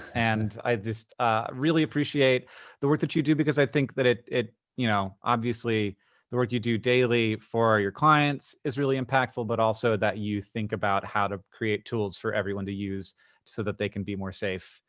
and i just really appreciate the work that you do because i think that it, you know obviously the work you do daily for your clients is really impactful, but also that you think about how to create tools for everyone to use so that they can be more safe